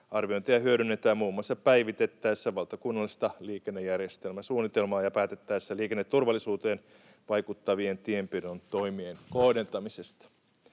Arviointia hyödynnetään muun muassa päivitettäessä valtakunnallista liikennejärjestelmäsuunnitelmaa ja päätettäessä liikenneturvallisuuteen vaikuttavien tienpidon toimien kohdentamisesta.